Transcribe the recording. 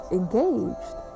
engaged